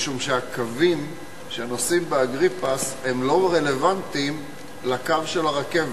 משום שהקווים שנוסעים באגריפס הם לא רלוונטיים לקו של הרכבת.